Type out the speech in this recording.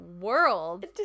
world